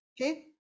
okay